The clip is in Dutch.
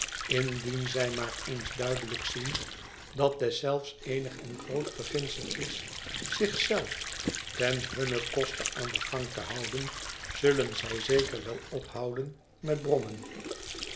indien zij maar eens duidelijk zien dat deszelfs eenig en grootsch beginsel is zich zelf ten hunnen koste aan den gang te houden zullen zij zeker wel ophouden met brommen